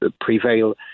prevail